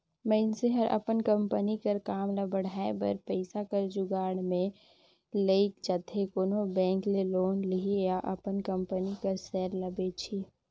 मइनसे हर अपन कंपनी कर काम ल बढ़ाए बर पइसा कर जुगाड़ में लइग जाथे कोनो बेंक ले लोन लिही या अपन कंपनी कर सेयर ल बेंचही